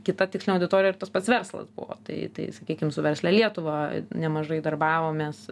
kita tikslinė auditorija ir tas pats verslas buvo tai tai sakykim su verslia lietuva nemažai darbavomės